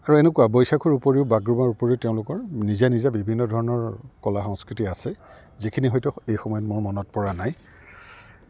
আৰু এনেকুৱা বৈশাখুৰ উপৰিও বাগৰুম্বাৰ উপৰিও তেওঁলোকৰ নিজা নিজা বিভিন্ন ধৰণৰ কলা সংস্কৃতি আছে যিখিনি হয়তো এই সময়ত মোৰ মনত পৰা নাই